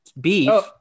beef